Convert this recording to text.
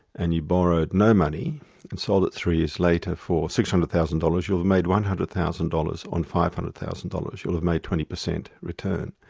and you borrowed no money and sold it three years later for six hundred thousand dollars you've made one hundred thousand dollars on five hundred thousand dollars, you'll have made twenty percent return.